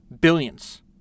billions